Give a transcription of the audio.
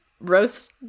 roast